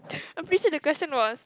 appreciate the question was